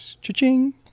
Cha-ching